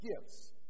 gifts